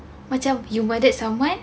macam you murder someone